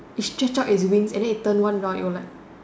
it stretch out it's wings and then it turn one round it will like